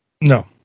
No